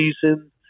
season